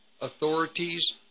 authorities